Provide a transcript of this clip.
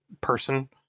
person